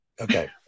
Okay